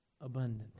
abundant